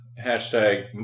hashtag